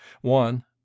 One